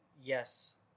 yes